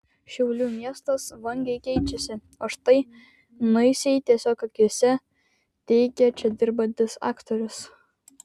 šiaulių miestas vangiai keičiasi o štai naisiai tiesiog akyse teigia čia dirbantis aktorius